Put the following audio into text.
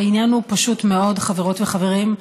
העניין הוא פשוט מאוד, חברות וחברים.